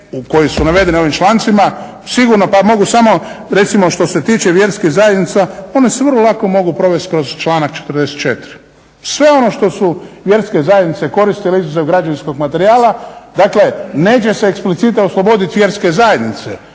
koji su navedeni u ovim člancima sigurno pa mogu samo recimo što se tiče vjerskih zajednica one se vrlo lako mogu provest kroz članak 44., sve ono što su vjerske zajednice koristile, izuzev građevinskog materijala. Dakle, negdje se explicite oslobodit vjerske zajednice,